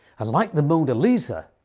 and like the mona lisa,